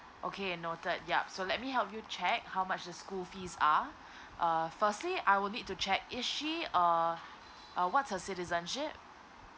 okay noted yup so let me help you check how much the school fees are uh firstly I will need to check is she uh uh what's her citizenship